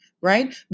right